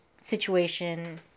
situation